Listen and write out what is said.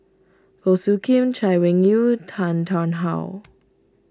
Goh Soo Khim Chay Weng Yew Tan Tarn How